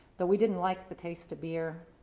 though we didn't like the taste of beer.